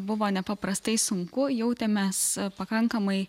buvo nepaprastai sunku jautėmės pakankamai